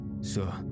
Sir